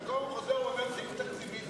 אתה כל הזמן חוזר ואומר "סעיף תקציבי".